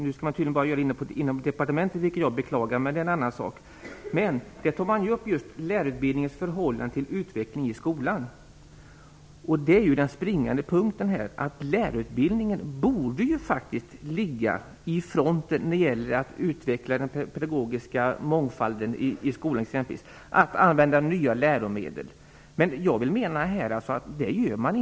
Nu skall det tydligen bara ske inom departementet, vilket jag beklagar, men det är en annan sak. Där tar man upp just lärarutbildningens förhållande till utvecklingen i skolan. Det är den springande punkten. Lärarutbildningen borde ju faktiskt ligga i frontlinjen när det gäller att utveckla den pedagogiska mångfalden i skolan, t.ex. att använda nya läromedel. Men jag menar att den inte gör det.